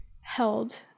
held